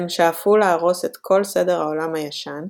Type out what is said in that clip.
הם שאפו להרוס את כל סדר העולם הישן,